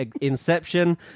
Inception